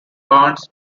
barns